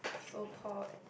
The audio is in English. so Paul